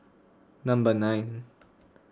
number nine